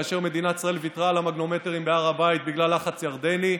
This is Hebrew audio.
כאשר מדינת ישראל ויתרה על המגנומטרים בהר הבית בגלל לחץ ירדני,